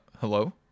Hello